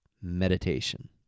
meditation